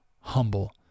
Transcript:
humble